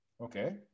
Okay